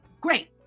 great